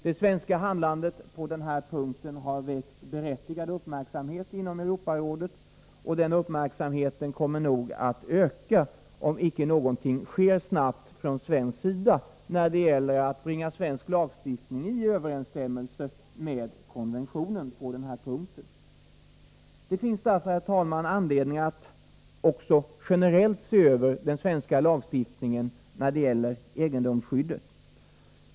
Det svenska handlandet på den här punkten har väckt berättigad uppmärksamhet inom Europarådet, och den uppmärksamheten kommer nog att öka, om det icke sker något snabbt när det gäller att bringa den svenska lagstiftningen i överensstämmelse med konventionen. Det finns därför, herr talman, anledning att också generellt se över den svenska lagstiftningen då det gäller egendomsskyddet.